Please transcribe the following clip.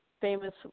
famous